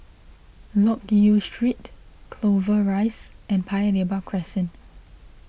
Loke Yew Street Clover Rise and Paya Lebar Crescent